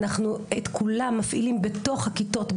אנחנו את כולם מפעילים בתוך הכיתות,